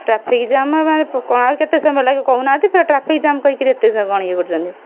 traffic jam ମାନେ କ'ଣ ଆଉ କେତେ ସମୟ ଲାଗିବ କହୁନାହାନ୍ତି ପୁରା ଟ୍ରାଫିକ୍ ଜାମ୍ କହିକରି ଏତେ ସମୟ କ'ଣ ଇଏ କରୁଛନ୍ତି